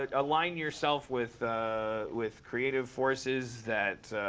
like align yourself with ah with creative forces that,